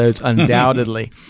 undoubtedly